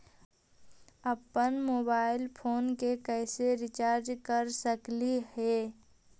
अप्पन mobile phone के कैसे रिचार्ज कर सकली हे?